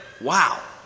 Wow